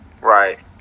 Right